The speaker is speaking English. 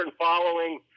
following